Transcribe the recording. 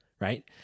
right